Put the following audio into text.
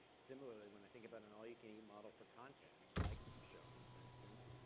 similarly, when i think about an all you can eat model for content, like shomi for instance,